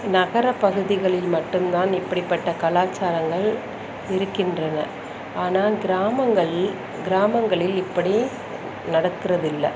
நகரப்பகுதிகளில் மட்டும்தான் இப்படிப்பட்ட கலாச்சாரங்கள் இருக்கின்றன ஆனால் கிராமங்கள் கிராமங்களில் இப்படி நடக்குறதில்லை